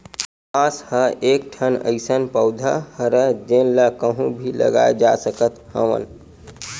बांस ह एकठन अइसन पउधा हरय जेन ल कहूँ भी लगाए जा सकत हवन